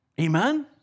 Amen